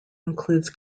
includes